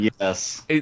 yes